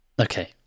Okay